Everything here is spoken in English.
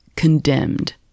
condemned